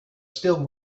still